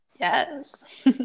Yes